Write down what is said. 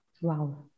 Wow